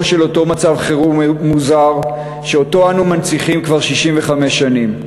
של אותו מצב חירום מוזר שאנו מנציחים כבר 65 שנים.